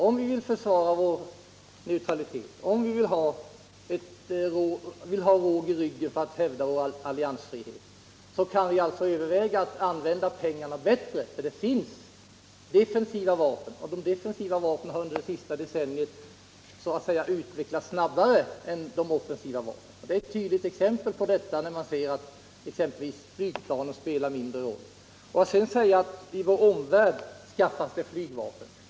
Om vi vill försvara vår neutralitet, om vi vill ha råg i ryggen för att hävda vår alliansfrihet, kan vi alltså överväga att använda pengarna bättre. Det finns nämligen defensiva vapen, och de har under det senaste decenniet utvecklats snabbare än de offensiva vapnen. Ett tydligt exempel på detta är just att flygplanen spelar en mindre roll. I vår omvärld skaffas det flygplan, säger försvarsministern.